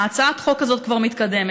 הצעת החוק הזאת כבר מתקדמת,